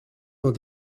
dans